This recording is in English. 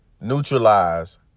neutralize